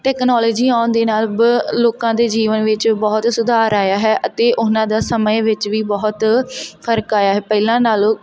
technology ਆਉਣ ਦੇ ਨਾਲ ਬ ਲੋਕਾਂ ਦੇ ਜੀਵਨ ਵਿੱਚ ਬਹੁਤ ਸੁਧਾਰ ਆਇਆ ਹੈ ਅਤੇ ਉਹਨਾਂ ਦਾ ਸਮੇਂ ਵਿੱਚ ਵੀ ਬਹੁਤ ਫਰਕ ਆਇਆ ਹੈ ਪਹਿਲਾਂ ਨਾਲੋਂ